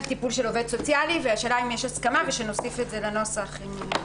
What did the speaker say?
טיפול של עובד סוציאלי והשאלה אם יש הסכמה ושנוסיף את זה לנוסח אם יש.